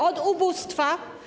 Od ubóstwa.